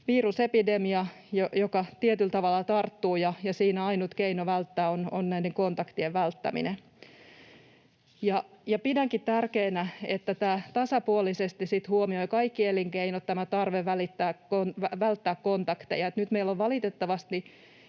virusepidemia, joka tarttuu tietyllä tavalla ja ainut keino välttää sitä on näiden kontaktien välttäminen. Pidänkin tärkeänä, että tämä sitten huomioi tasapuolisesti kaikki elinkeinot, tämä tarve välttää kontakteja. Nyt meillä on valitettavasti